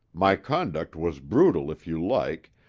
my conduct was brutal if you like,